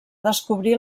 descobrir